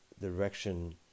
direction